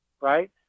right